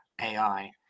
AI